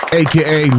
aka